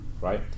right